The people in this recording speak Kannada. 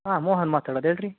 ಹಾಂ ಮೋಹನ್ ಮಾತಾಡೋದು ಹೇಳ್ರಿ